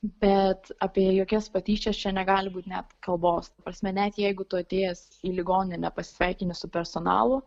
bet apie jokias patyčias čia negali būt net kalbos ta prasme net jeigu tu atėjęs į ligoninę nepasisveikini su personalu